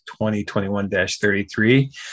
2021-33